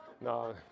No